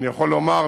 אני יכול לומר,